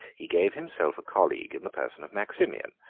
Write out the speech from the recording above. he gave himself a colleague in the person of maximian,